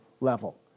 level